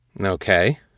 Okay